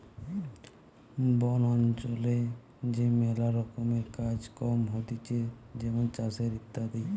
বন অঞ্চলে যে ম্যালা রকমের কাজ কম হতিছে যেমন চাষের ইত্যাদি